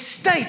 state